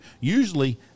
Usually